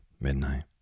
midnight